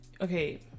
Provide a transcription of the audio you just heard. Okay